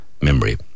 memory